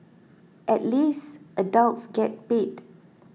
at least adults get paid